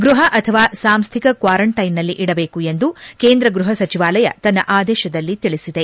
ಗ್ವಪ ಅಥವಾ ಸಾಂಸ್ಲಿಕ ಕ್ತಾರಂಟೈನ್ನಲ್ಲಿ ಇಡಬೇಕು ಎಂದು ಕೇಂದ್ರ ಗ್ಲಹ ಸಚಿವಾಲಯ ತನ್ನ ಆದೇಶದಲ್ಲಿ ತಿಳಿಸಿದೆ